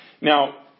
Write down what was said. Now